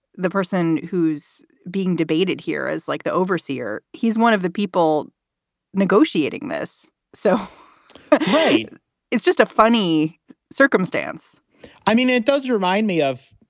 the person who's being debated here, is like the overseer. he's one of the people negotiating this. so it's just a funny circumstance i mean, it does remind me of,